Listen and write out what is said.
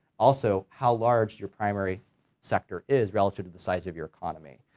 also how large your primary sector is relative to the size of your economy,